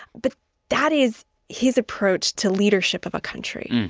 but that is his approach to leadership of a country